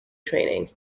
training